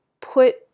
put